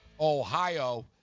Ohio